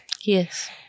Yes